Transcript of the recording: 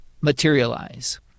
materialize